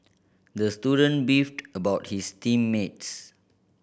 the student beefed about his team mates